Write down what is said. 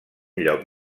lloc